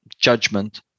judgment